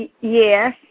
Yes